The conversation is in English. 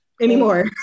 anymore